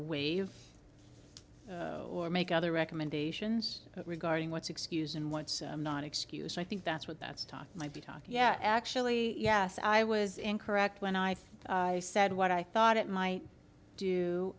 e or make other recommendations regarding what's excuse and what's not excuse i think that's what that's talk might be talk yeah actually yes i was incorrect when i said what i thought it might do